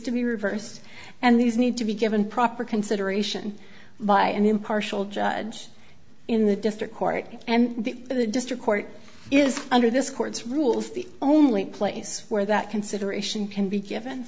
to be reversed and these need to be given proper consideration by an impartial judge in the district court and the the district court is under this court's rules the only place where that consideration can be given